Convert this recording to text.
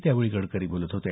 त्यावेळी गडकरी बोलत होते